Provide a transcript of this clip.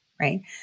right